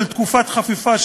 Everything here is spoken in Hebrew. של תקופת חפיפה,